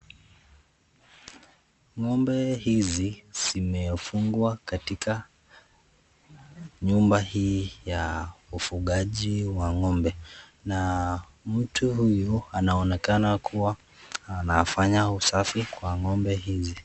Ngombe hizi, zimefungwa katika, nyumba hii ya ufugaji wa ngombe, na mtu huyu anaonekana kuwa anafanya usafi kwa ngombe hizi.